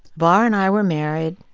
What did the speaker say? bar and i were married,